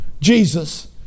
Jesus